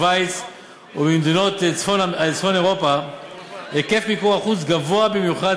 בשווייץ ובמדינות צפון-אירופה היקף מיקור החוץ גבוה במיוחד,